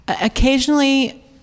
occasionally